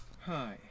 Hi